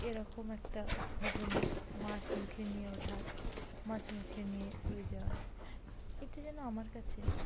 এরকম একটা ঘটনা মাছ মুখে নিয়ে ওঠার মাছ মুখে নিয়ে উড়ে যাওয়ার এটা যেন আমার কাছে